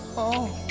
oh,